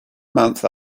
month